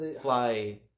fly